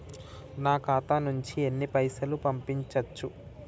నా ఖాతా నుంచి ఎన్ని పైసలు పంపించచ్చు?